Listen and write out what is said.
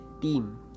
team